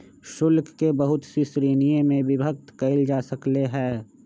शुल्क के बहुत सी श्रीणिय में विभक्त कइल जा सकले है